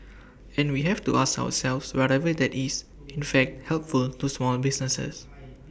and we have to ask ourselves whatever that is in fact helpful to small businesses